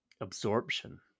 absorption